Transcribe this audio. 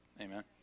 Amen